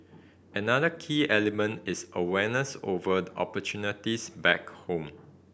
another key element is awareness over opportunities back home